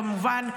כמובן,